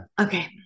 Okay